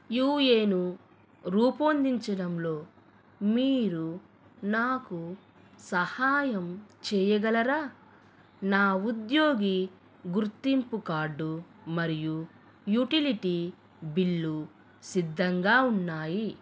you ఏను రూపొందించడంలో మీరు నాకు సహాయం చేయగలరా నా ఉద్యోగి గుర్తింపు కార్డు మరియు యుటిలిటీ బిల్లు సిద్ధంగా ఉన్నాయి